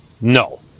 No